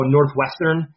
Northwestern